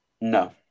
No